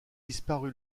disparu